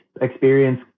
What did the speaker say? experience